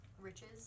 Riches